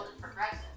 progressive